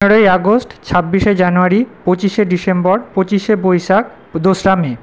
বারোই আগস্ট ছাব্বিশে জানুয়ারি পঁচিশে ডিসেম্বর পঁচিশে বৈশাখ দোসরা মে